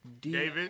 David